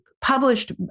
published